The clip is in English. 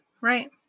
right